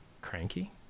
cranky